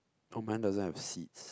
oh mine doesn't have seeds